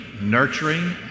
nurturing